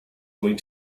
going